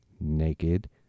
naked